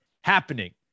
happening